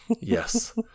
Yes